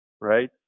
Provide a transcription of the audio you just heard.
right